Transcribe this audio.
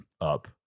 up